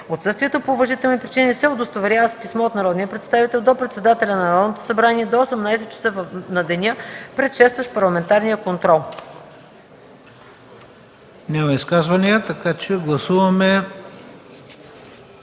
Отсъствието по уважителни причини се удостоверява с писмо от народния представител до председателя на Народното събрание до 18,00 часа на деня, предшестващ парламентарния контрол.”